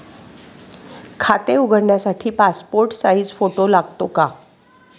खाते उघडण्यासाठी passport size photo लागतो का?